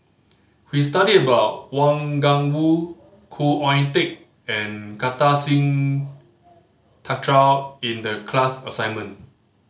we studied about Wang Gungwu Khoo Oon Teik and Kartar Singh Thakral in the class assignment